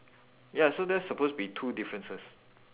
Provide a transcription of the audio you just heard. ya so that's supposed to be two differences